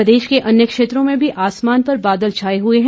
प्रदेश के अन्य क्षेत्रों में भी आसमान पर बादल छाए हुए हैं